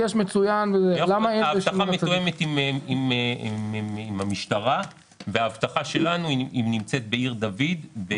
האבטחה מתואמת עם המשטרה והבטחה שלנו נמצאת בעיר דוד,